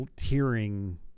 hearing